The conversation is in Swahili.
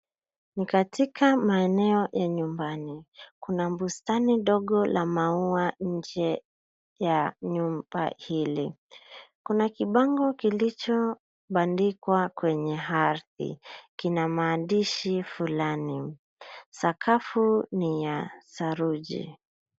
Ni katika maeneo ya nyumbani, kuna bustani dogo la maua nje ya nyumba hili, kuna kibango kilichobandikwa kwenye ardhi kina maandishi fulani sakafu ni ya saruji.